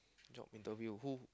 job interview who